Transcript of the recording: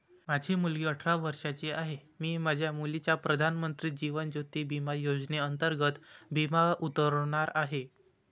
माझी मुलगी अठरा वर्षांची आहे, मी माझ्या मुलीचा प्रधानमंत्री जीवन ज्योती विमा योजनेअंतर्गत विमा उतरवणार आहे